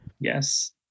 Yes